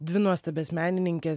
dvi nuostabias menininkes